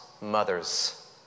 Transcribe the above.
mothers